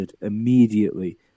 immediately